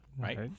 right